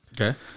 Okay